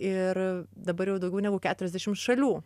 ir dabar jau daugiau negu keturiasdešim šalių